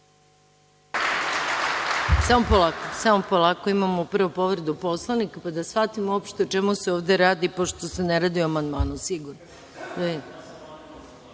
samo polako imamo pravo povredu Poslovnika, pa da shvatim uopšte o čemu se ovde radi, pošto se ne radi o amandmanu